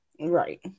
right